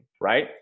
right